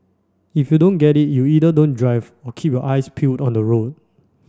if you don't get it you either don't drive or keep your eyes peeled on the road